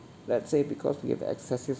let's say because we have excessive